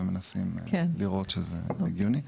ומנסים לראות שזה הגיוני.